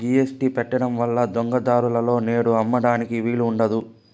GST పెట్టడం వల్ల దొంగ దారులలో నేడు అమ్మడానికి వీలు ఉండదు